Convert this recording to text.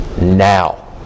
now